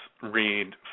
read